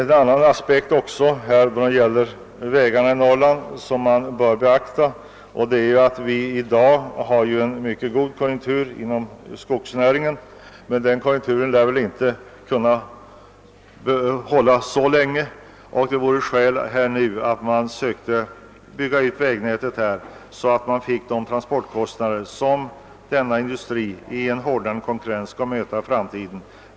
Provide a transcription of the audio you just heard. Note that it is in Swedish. En annan aspekt som bör beaktas när det gäller vägarna i Norrland är att vi i dag visserligen har en mycket god konjunktur inom skogsnäringen men att den konjunkturen inte lär hålla i sig så länge. Det vore därför skäl att nu försöka bygga ut vägnätet så att denna industri genom lägre transportkostnader fick större möjligheter att hävda sig i den hårdnande konkurrens som den skall möta i framtiden.